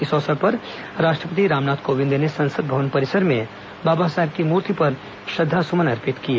इस अवसर पर राष्ट्रपति रामनाथ कोविंद ने संसद भवन परिसर में बाबा साहेब की मूर्ति पर श्रद्वासुमन अर्पित किए